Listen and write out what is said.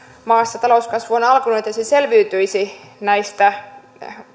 maassa talouskasvu on alkanut ja se selviytyisi näistä